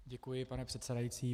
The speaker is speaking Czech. Děkuji, pane předsedající.